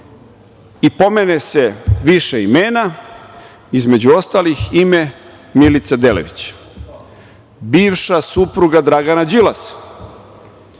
pomene se više imena između ostalih ime Milice Delević, bivša supruga Dragana Đilasa,